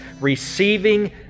receiving